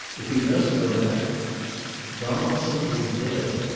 if he does go back donaldson is dead,